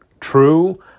True